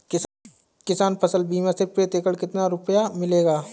किसान फसल बीमा से प्रति एकड़ कितना रुपया मिलेगा?